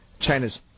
China's